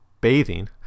Bathing